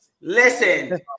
listen